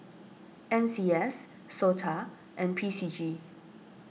N C S Sota and P C G